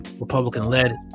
Republican-led